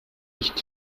nicht